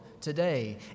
today